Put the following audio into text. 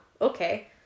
okay